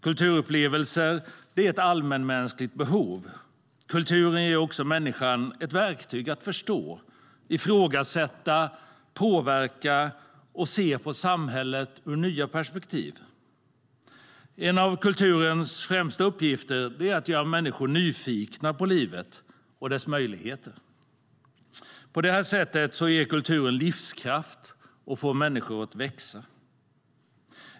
Kulturupplevelser är ett allmänmänskligt behov. Kulturen ger också människan ett verktyg att förstå, ifrågasätta, påverka och se på samhället ur nya perspektiv. En av kulturens främsta uppgifter är att göra människor nyfikna på livet och dess möjligheter. På detta sätt ger kulturen livskraft och får människor att växa.